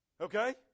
Okay